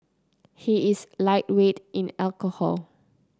he is a lightweight in alcohol